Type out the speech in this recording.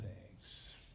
thanks